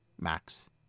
max